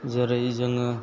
जेरै जोङो